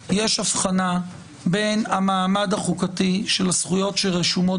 יש הבחנה בין המעמד החוקתי של הזכויות שרשומות